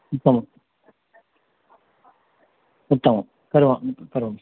उत्तमम् उत्तमं करु करोमि